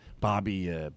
Bobby